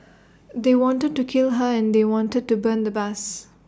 they wanted to kill her and they wanted to burn the bus